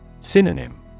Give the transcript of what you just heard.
Synonym